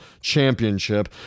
championship